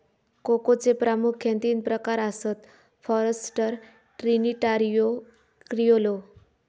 कोकोचे प्रामुख्यान तीन प्रकार आसत, फॉरस्टर, ट्रिनिटारियो, क्रिओलो